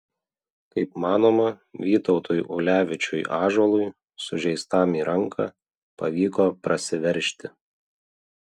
kaip manoma vytautui ulevičiui ąžuolui sužeistam į ranką pavyko prasiveržti